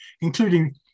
including